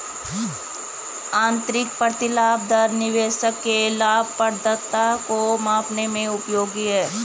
आंतरिक प्रतिलाभ दर निवेशक के लाभप्रदता को मापने में उपयोगी है